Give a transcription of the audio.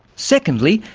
secondly,